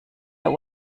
der